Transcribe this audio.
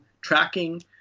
tracking